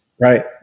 Right